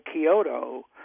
Kyoto